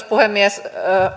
puhemies